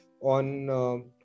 on